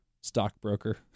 stockbroker